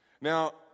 Now